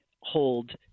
hold